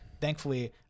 thankfully